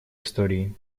истории